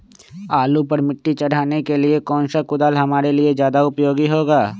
आलू पर मिट्टी चढ़ाने के लिए कौन सा कुदाल हमारे लिए ज्यादा उपयोगी होगा?